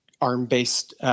ARM-based